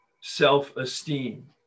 self-esteem